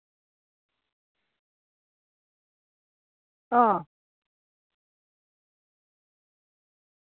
हां